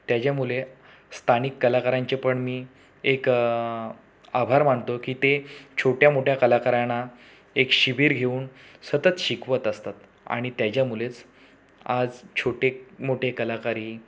त्याच्यामुळे स्थानिक कलाकारांचे पण मी एक आभार मानतो की ते छोट्या मोठ्या कलाकारांना एक शिबिर घेऊन सतत शिकवत असतात आणि त्याच्यामुळेच आज छोटे मोठे कलाकारही